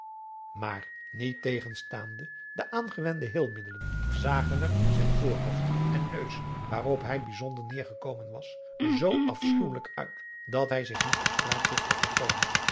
maar niettegenstaande de aangewende heelmiddelen zagen adriaan loosjes pzn het leven van johannes wouter blommesteyn er zijn voorhoofd en neus waarop hij bijzonder neêrgekomen was zoo afschuwelijk uit dat hij zich niet op straat durfde